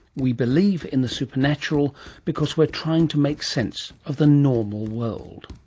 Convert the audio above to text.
we believe in the supernatural because we're trying to make sense of the normal world.